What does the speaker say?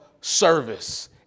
service